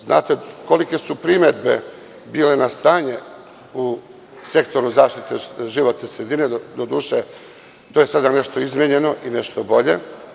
Znate kolike su primedbe bile na stanje u Sektoru zaštite životne sredine, doduše, to je sada nešto izmenjene i nešto bolje.